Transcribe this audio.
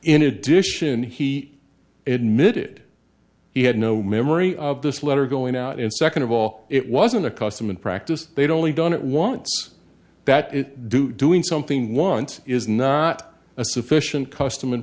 in addition he admitted he had no memory of this letter going out and second of all it wasn't a custom and practice they'd only done it wants that it do doing something once is not a sufficient custom